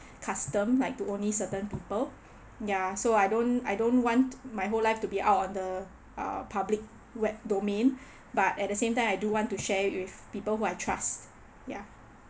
custom like to only certain people ya so I don't I don't want my own life to be out on the uh public web~ domain but at the same time I do want to share with people who I trust ya